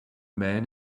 man